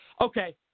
Okay